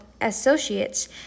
associates